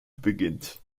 beginnt